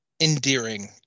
endearing